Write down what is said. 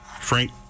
Frank